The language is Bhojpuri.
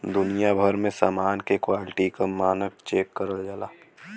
दुनिया भर में समान के क्वालिटी क मानक चेक करल जाला